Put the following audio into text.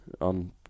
on